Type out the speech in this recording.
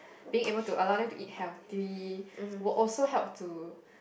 being able to allow them to eat healthily will also help to